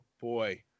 boy